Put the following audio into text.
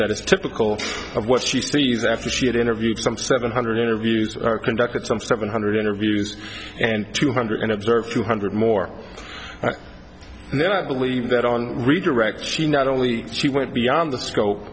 that is typical of what she sees after she had interviewed some seven hundred interviews conducted some seven hundred interviews and two hundred and observed two hundred more and then i believe that on redirect she not only she went beyond the scope